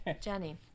Jenny